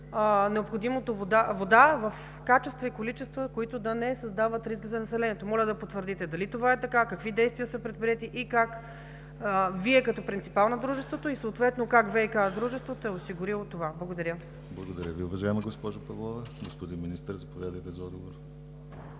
необходимата вода в качества и количества, които да не създават риск за населението. Моля да потвърдите дали това е така, какви действия са предприети и как Вие като принципал на дружеството и съответно ВиК дружеството е осигурило това. Благодаря. ПРЕДСЕДАТЕЛ ДИМИТЪР ГЛАВЧЕВ: Благодаря Ви, уважаема госпожо Павлова. Господин Министър, заповядайте за отговор.